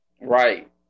Right